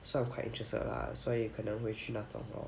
so I'm quite interested lah 所以可能会去那种 lor